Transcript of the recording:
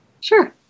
Sure